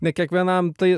ne kiekvienam tai